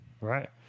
right